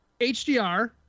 HDR